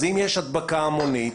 אם יש הדבקה המונית,